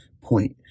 point